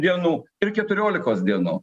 dienų ir keturiolikos dienų